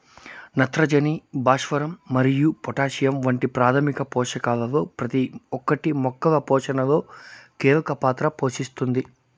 నత్రజని, భాస్వరం మరియు పొటాషియం వంటి ప్రాథమిక పోషకాలలో ప్రతి ఒక్కటి మొక్కల పోషణలో కీలక పాత్ర పోషిస్తుంది